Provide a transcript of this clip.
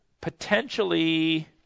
potentially